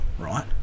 right